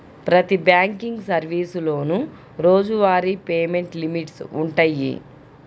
ప్రతి బ్యాంకింగ్ సర్వీసులోనూ రోజువారీ పేమెంట్ లిమిట్స్ వుంటయ్యి